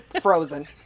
Frozen